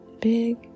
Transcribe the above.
big